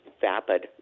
vapid